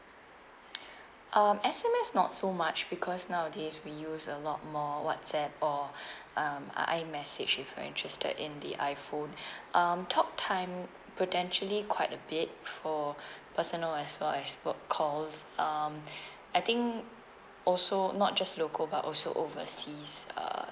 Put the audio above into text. um S_M_S not so much because nowadays we use a lot more whatsapp or um imessage if you're interested in the iphone um talk time potentially quite a bit for personal as well as work calls um I think also not just local but also overseas uh